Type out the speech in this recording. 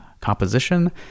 composition